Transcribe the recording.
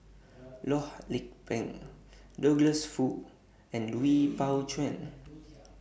Loh Lik Peng Douglas Foo and Lui Pao Chuen